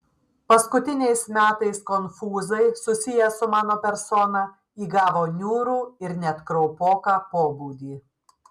paskutiniais metais konfūzai susiję su mano persona įgavo niūrų ir net kraupoką pobūdį